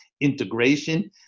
integration